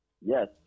Yes